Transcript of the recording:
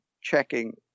checking